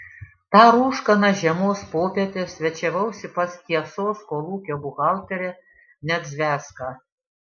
tą rūškaną žiemos popietę svečiavausi pas tiesos kolūkio buhalterę nedzvecką